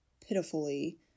pitifully